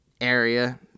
area